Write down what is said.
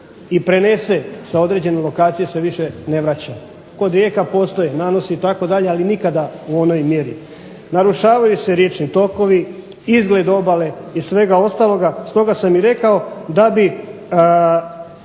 i prenese sa određene lokacije se više ne vraća kod rijeka …/Govornik se ne razumije./… nanosi itd., ali nikada u onoj mjeri, narušavaju se riječni tokovi, izgled obale, i svega ostalo, stoga sam i rekao da bi